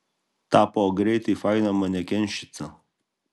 tapo greitai faina manekenščica